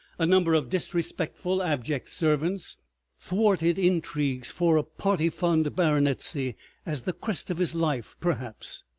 a number of disrespectful, abject servants thwarted intrigues for a party-fund baronetcy as the crest of his life, perhaps.